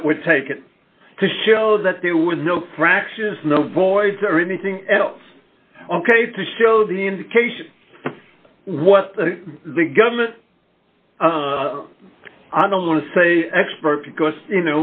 that were taken to show that there were no fractions no voice or anything else ok to show the indication what the government i don't want to say expert because you